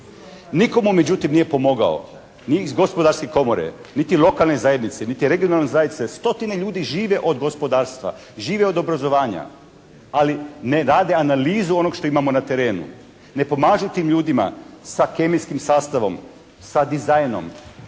Nitko mu međutim nije pomogao, ni iz Gospodarske komore, niti lokalne zajednice, niti regionalne zajednice. Stotine ljudi živi od gospodarstva, živi od obrazovanja, ali ne rade analizu onoga što imamo na terenu ne pomažući ljudima sa kemijskim sastavom, sa dizajnom,